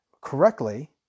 correctly